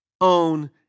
own